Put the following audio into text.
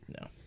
No